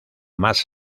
más